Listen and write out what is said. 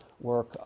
work